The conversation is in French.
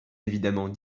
évidemment